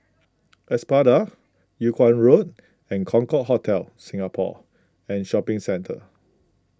Espada Yung Kuang Road and Concorde Hotel Singapore and Shopping Centre